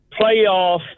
playoff –